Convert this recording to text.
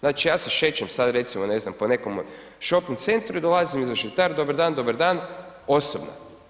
Znači ja se šećem sad recimo ne znam, po nekom shopping centru i dolazi mi zaštitar, dobar dan, dobar dan, osobna.